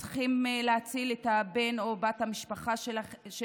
הן צריכות להציל את בן או בת המשפחה שלהן.